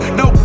no